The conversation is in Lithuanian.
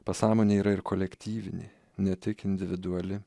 pasąmonė yra ir kolektyvinė ne tik individuali